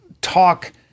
talk